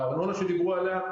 לארנונה שדיברו עליה,